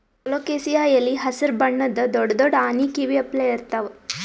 colocasia ಎಲಿ ಹಸ್ರ್ ಬಣ್ಣದ್ ದೊಡ್ಡ್ ದೊಡ್ಡ್ ಆನಿ ಕಿವಿ ಅಪ್ಲೆ ಇರ್ತವ್